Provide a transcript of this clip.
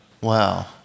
Wow